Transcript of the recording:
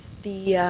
the